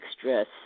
stress